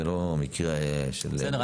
זה לא מקרה --- בסדר,